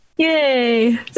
Yay